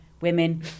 women